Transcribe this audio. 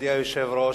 מכובדי היושב-ראש,